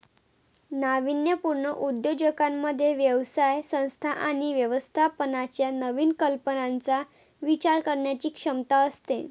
नाविन्यपूर्ण उद्योजकांमध्ये व्यवसाय संस्था आणि व्यवस्थापनाच्या नवीन कल्पनांचा विचार करण्याची क्षमता असते